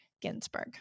Ginsburg